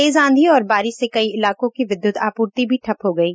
तेज आंधी और बारिश से कई इलाकों की विध्यत आपूर्ति ठप हो गयी है